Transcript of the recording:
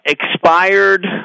expired